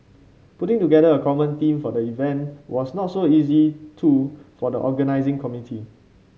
putting together a common theme for the event was not so easy too for the organising committee